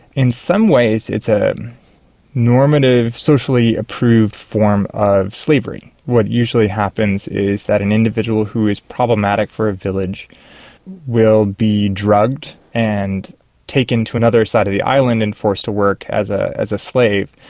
in some ways it's a normative, socially approved form of slavery. what usually happens is an individual who is problematic for a village will be drugged and taken to another side of the island and forced to work as ah as a slave,